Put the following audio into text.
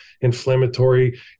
inflammatory